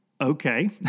okay